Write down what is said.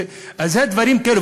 זה דברים כאלה,